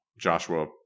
Joshua